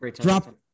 drop